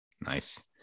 Nice